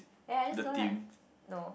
ya just go la no